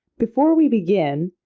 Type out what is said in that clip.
before we begin,